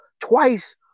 twice